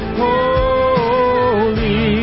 holy